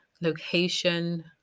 location